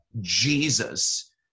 Jesus